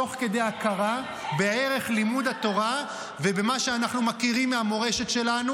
תוך כדי הכרה בערך לימוד התורה ובמה שאנחנו מכירים מהמורשת שלנו.